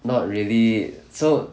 not really so